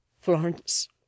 Florence